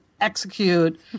execute